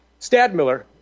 Stadmiller